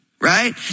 right